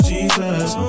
Jesus